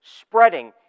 spreading